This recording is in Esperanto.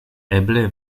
eble